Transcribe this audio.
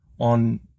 on